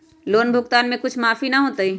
Loan भुगतान में कुछ माफी न होतई?